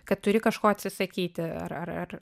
kad turi kažko atsisakyti ar ar ar